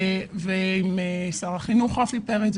ועם שר החינוך רפי פרץ,